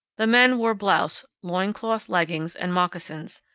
the men wore blouse, loincloth leggins, and moccasins,